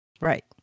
right